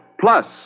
plus